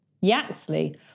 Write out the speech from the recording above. Yaxley